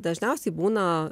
dažniausiai būna